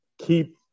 keep